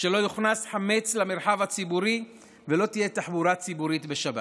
שלא יוכנס חמץ למרחב הציבורי ושלא תהיה תחבורה ציבורית בשבת,